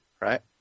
Right